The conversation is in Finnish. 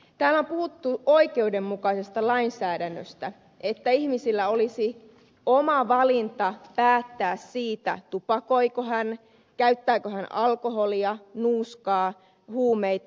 täällä on puhuttu oikeudenmukaisesta lainsäädännöstä siitä että olisi ihmisen oma asia päättää siitä tupakoiko hän käyttääkö hän alkoholia nuuskaa huumeita